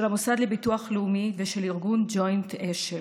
של המוסד לביטוח לאומי ושל ארגון ג'וינט-אשל.